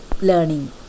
learning